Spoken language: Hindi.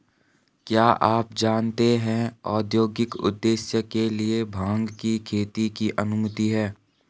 क्या आप जानते है औद्योगिक उद्देश्य के लिए भांग की खेती की अनुमति है?